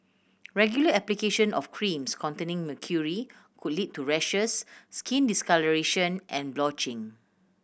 regular application of creams containing mercury could lead to rashes skin discolouration and blotching